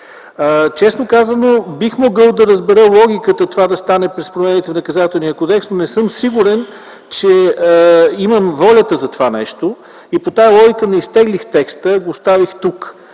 Честно казано, бих могъл да разбера логиката това да стане чрез промените в Наказателния кодекс, но не съм сигурен, че имам волята за това нещо. По тази логика не изтеглих текста, а го оставих тук.